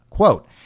quote